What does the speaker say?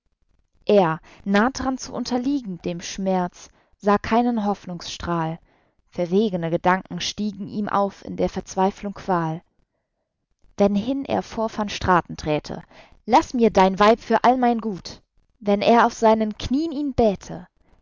er nah daran zu unterliegen dem schmerz sah keinen hoffnungsstrahl verwegene gedanken stiegen ihm auf in der verzweiflung qual wenn hin er vor van straten träte laß mir dein weib für all mein gut wenn er auf seinen knien ihn bäte